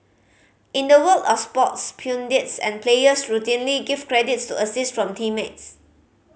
in the world of sports pundits and players routinely give credits to assist from teammates